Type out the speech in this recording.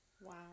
Wow